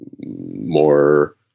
more